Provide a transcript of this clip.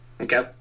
Okay